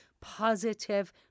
positive